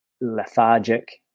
lethargic